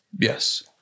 Yes